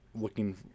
looking